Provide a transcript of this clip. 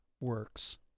works